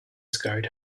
scurried